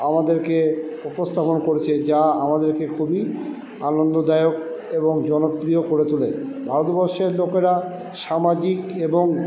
আমাদেরকে উপস্থাপন করছে যা আমাদেরকে খুবই আনন্দ দায়ক এবং জনপ্রিয় করে তোলে ভারতবর্ষের লোকেরা সামাজিক এবং